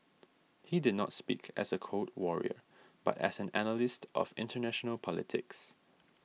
he did not speak as a Cold Warrior but as an analyst of international politics